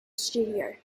studio